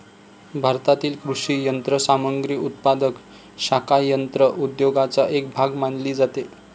भारतातील कृषी यंत्रसामग्री उत्पादक शाखा यंत्र उद्योगाचा एक भाग मानली जाते